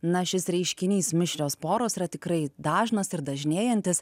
na šis reiškinys mišrios poros yra tikrai dažnas ir dažnėjantis